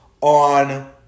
on